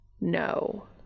No